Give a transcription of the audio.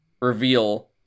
reveal